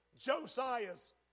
Josiah's